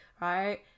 right